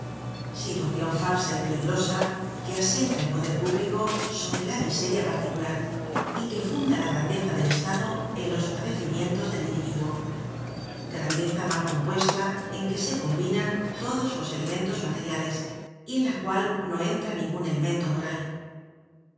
situacion falsa y peligrosa que asienta el poder público sobre la miseria particular y que funda la grandeza del estado en los padecimientos del individuo grandeza mal compuesta en que se combinan todos los elementos materiales y en la cual no entra ningun elemento moral